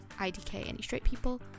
IDKAnyStraightPeople